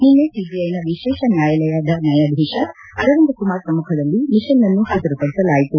ನಿನ್ನೆ ಸಿಬಿಐನ ವಿಶೇಷ ನ್ಯಾಯಾಲಯದ ನ್ಯಾಯಾಧೀಶ ಅರವಿಂದ ಕುಮಾರ್ ಸಮ್ಮುಖದಲ್ಲಿ ಮಿಷೆಲ್ನನ್ನು ಹಾಜರು ಪಡಿಸಲಾಯಿತು